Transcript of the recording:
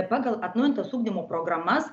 pagal atnaujintas ugdymo programas